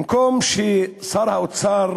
במקום ששר האוצר,